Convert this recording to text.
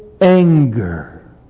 anger